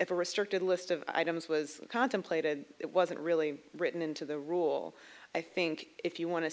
if a restricted list of items was contemplated it wasn't really written into the rule i think if you want to